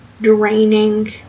draining